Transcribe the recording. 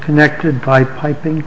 connected by piping